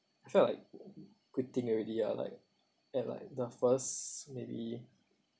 I felt like quitting already ah like at like the first maybe